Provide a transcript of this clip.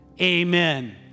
amen